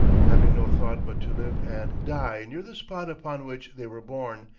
having no thought but to live and die near the spot upon which they were born,